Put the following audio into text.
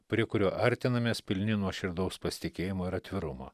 prie kurio artinamės pilni nuoširdaus pasitikėjimo ir atvirumo